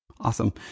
awesome